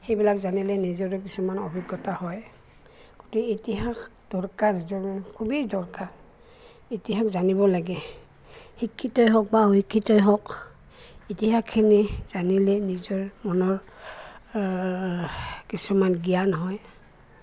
সেইবিলাক জানিলে নিজৰে কিছুমান অভিজ্ঞতা হয় গতিকে ইতিহাস দৰকাৰ খুবেই দৰকাৰ ইতিহাস জানিব লাগে শিক্ষিতই হওক বা অশিক্ষিতই হওক ইতিহাসখিনি জানিলে নিজৰ মনৰ কিছুমান জ্ঞান হয়